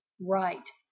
right